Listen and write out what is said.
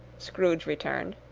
scrooge returned.